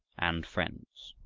and friends.